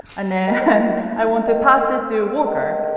and then i want to pass it to worker.